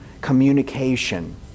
communication